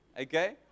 Okay